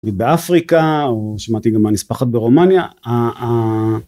ובאפריקה או שמעתי גם מהנספחת ברומניה.